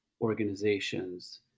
organizations